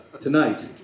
tonight